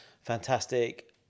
fantastic